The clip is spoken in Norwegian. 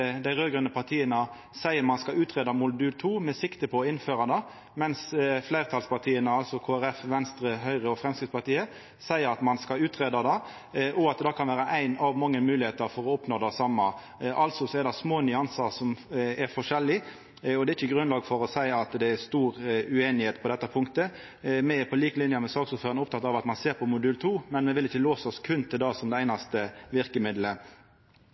ein skal utgreia modul 2 med sikte på å innføra det, mens fleirtalspartia, altså Kristeleg Folkeparti, Venstre, Høgre og Framstegspartiet, seier at ein skal greia det ut, og at det kan vera ei av mange moglegheiter for å oppnå det same. Det er små nyanseforskjellar her, og det er ikkje grunnlag for å seia at det er stor usemje på dette punktet. Me er, på lik linje med saksordføraren, opptekne av at ein ser på modul 2, men me vil ikkje låsa oss berre til det som det einaste verkemiddelet.